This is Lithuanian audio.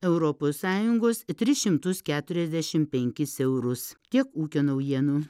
europos sąjungos tris šimtus keturiasdešim penkis eurus tiek ūkio naujienų